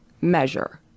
measure